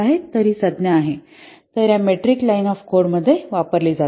तर ही संज्ञा आहेत तर या मेट्रिक लाइन ऑफ कोडे मध्ये वापरली जातात